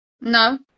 No